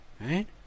right